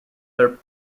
their